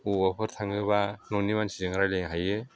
बबेबाफोर थाङोब्ला न'नि मानसिजों रायज्लायनो हायो